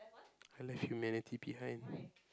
I left humanity behind